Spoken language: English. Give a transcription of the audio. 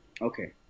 Okay